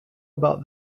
about